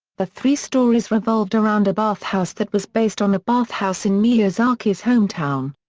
the three stories revolved around a bathhouse that was based on a bathhouse in miyazaki's hometown.